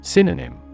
Synonym